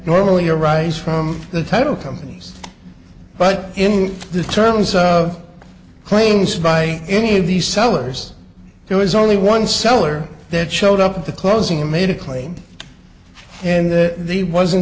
normally arise from the title companies but in the terms of claims by any of these sellers there was only one seller that showed up at the closing and made a claim and the wasn't